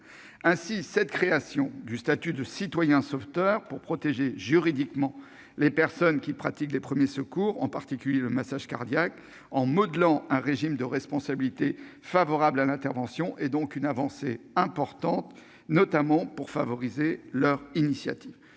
Ainsi, la création du statut de « citoyen sauveteur », visant à protéger juridiquement les personnes qui pratiquent les premiers secours- en particulier le massage cardiaque -en modelant un régime de responsabilité favorable à l'intervention, représente une avancée importante. À cet égard, nous saluons le